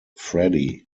freddy